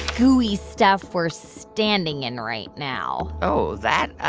gooey stuff we're standing in right now? oh, that,